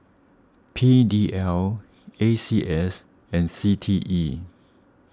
P D L A C S and C T E